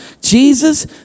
Jesus